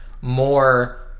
more